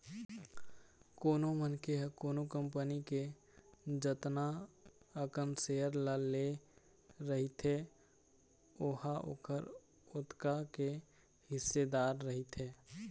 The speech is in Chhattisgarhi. कोनो मनखे ह कोनो कंपनी के जतना अकन सेयर ल ले रहिथे ओहा ओखर ओतका के हिस्सेदार रहिथे